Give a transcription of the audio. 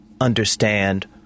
understand